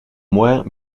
moins